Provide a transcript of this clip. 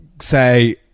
say